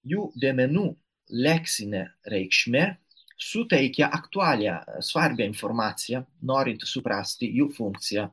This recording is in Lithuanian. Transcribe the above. jų dėmenų leksinė reikšmė suteikia aktualiją svarbia informacija norint suprasti jų funkciją